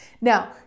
Now